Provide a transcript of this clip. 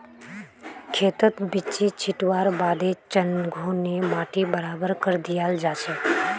खेतत बिच्ची छिटवार बादे चंघू ने माटी बराबर करे दियाल जाछेक